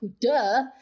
duh